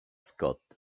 scott